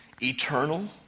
eternal